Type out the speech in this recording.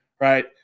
right